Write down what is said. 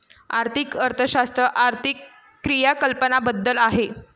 आर्थिक अर्थशास्त्र आर्थिक क्रियाकलापांबद्दल आहे